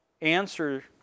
answer